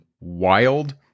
wild